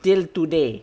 till today